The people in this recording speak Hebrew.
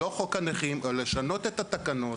לא חוק הנכים אלא לשנות את התקנות